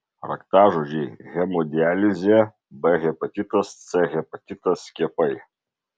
raktažodžiai hemodializė b hepatitas c hepatitas skiepai